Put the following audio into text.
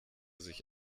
sich